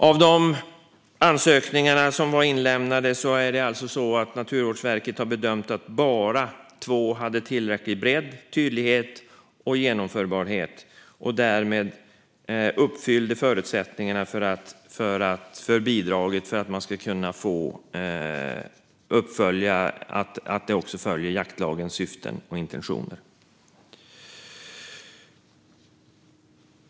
Av de ansökningar som har lämnats in har Naturvårdsverket bedömt att bara två hade tillräcklig bredd, tydlighet och genomförbarhet och därmed uppfyllde förutsättningarna för bidraget och också följde jaktlagens syften och intentioner.